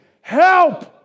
help